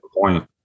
point